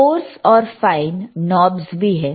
course और fine knobs भी है